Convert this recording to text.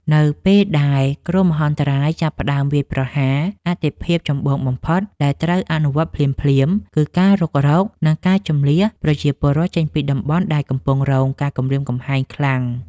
នៅពេលដែលគ្រោះមហន្តរាយចាប់ផ្តើមវាយប្រហារ អាទិភាពចម្បងបំផុតដែលត្រូវអនុវត្តភ្លាមៗ គឺការរុករក និងការជម្លៀសប្រជាពលរដ្ឋចេញពីតំបន់ដែលកំពុងរងការគំរាមកំហែងខ្លាំង។